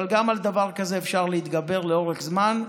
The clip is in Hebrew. אבל גם על דבר כזה אפשר להתגבר לאורך זמן.